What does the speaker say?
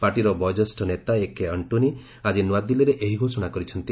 ପାର୍ଟିର ବୟୋଜ୍ୟେଷ୍ଠ ନେତା ଏକେ ଆଷ୍ଟ୍ରୋନି ଆଜି ନ୍ତଆଦିଲ୍ଲୀରେ ଏହି ଘୋଷଣା କରିଛନ୍ତି